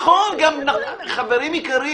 חברים יקרים,